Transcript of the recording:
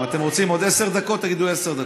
אם אתם רוצים בעוד עשר דקות, תגידו "עשר דקות".